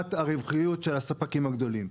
לעומת הרווחיות של הספקים הגדולים.